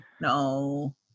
no